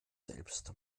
selbst